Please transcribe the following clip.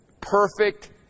perfect